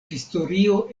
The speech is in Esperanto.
historio